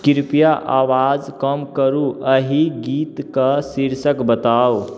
कृपया आवाज कम करू एहि गीतक शीर्षक बताउ